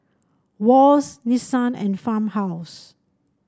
Wall's Nissan and Farmhouse